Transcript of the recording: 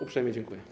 Uprzejmie dziękuję.